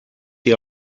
ihr